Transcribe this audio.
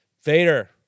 Vader